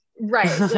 Right